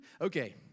Okay